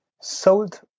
sold